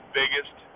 biggest